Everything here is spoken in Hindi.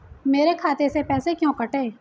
मेरे खाते से पैसे क्यों कटे?